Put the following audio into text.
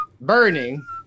burning